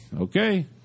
okay